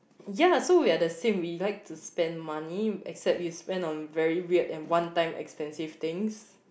ya so we are the same we like to spend money except you spend on very weird and one time expensive things